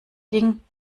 ding